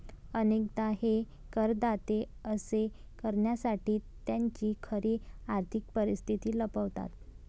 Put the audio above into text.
अनेकदा हे करदाते असे करण्यासाठी त्यांची खरी आर्थिक परिस्थिती लपवतात